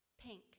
pink